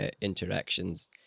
interactions